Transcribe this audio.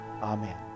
Amen